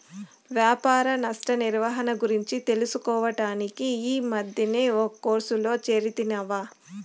వ్యాపార నష్ట నిర్వహణ గురించి తెలుసుకోడానికి ఈ మద్దినే ఒక కోర్సులో చేరితిని అవ్వా